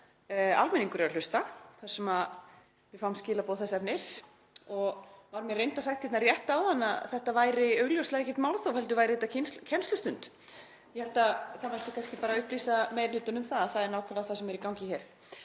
almenningur er að hlusta þar sem við fáum skilaboð þess efnis. Mér var reyndar sagt rétt áðan að þetta væri augljóslega ekkert málþóf heldur væri þetta kennslustund. Ég held að það mætti kannski bara upplýsa meiri hlutann um að það er nákvæmlega það sem er í gangi hér.